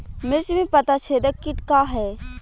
मिर्च में पता छेदक किट का है?